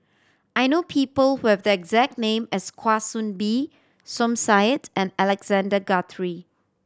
I know people who have the exact name as Kwa Soon Bee Som Said and Alexander Guthrie